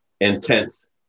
intense